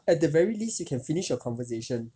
at the very least you can finish your conversation